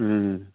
ও